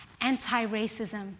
anti-racism